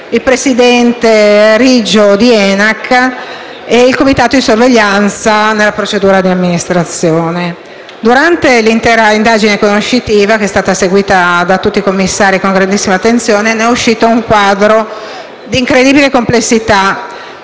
il presidente di ENAC Riggio e il comitato di sorveglianza nella procedura di amministrazione. Durante l'intera indagine conoscitiva, seguita da tutti i commissari con grandissima attenzione, è emerso un quadro di incredibile complessità,